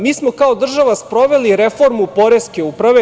Mi smo kao država sproveli reformu poreske uprave.